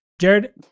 Jared